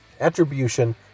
attribution